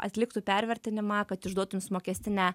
atliktų pervertinimą kad išduotų jums mokestinę